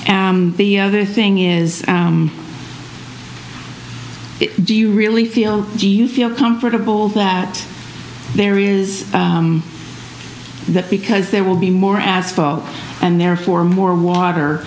if the other thing is do you really feel do you feel comfortable that there is that because there will be more asphalt and therefore more water